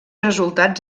resultats